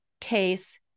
case